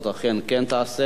אכן כך תעשה.